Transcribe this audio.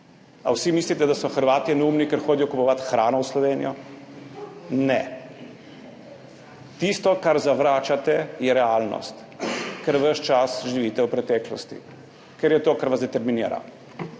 Ali vsi mislite, da so Hrvatje neumni, ker hodijo kupovat hrano v Slovenijo? Ne. Tisto, kar zavračate, je realnost. Ker ves čas živite v preteklosti, ker je to, kar vas determinira.